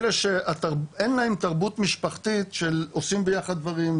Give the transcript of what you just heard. אלה שאין להם תרבות משפחתית של עושים ביחד דברים,